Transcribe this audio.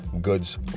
goods